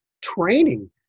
Training